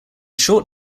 short